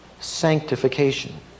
Sanctification